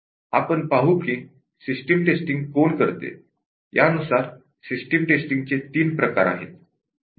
आपण पाहू की सिस्टम टेस्टिंग कोण करते यानुसार सिस्टम टेस्टिंग चे तीन प्रकार आहेत